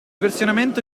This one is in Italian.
versionamento